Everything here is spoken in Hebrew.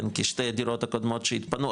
כי שתי הדירות הקודמות שהתפנו,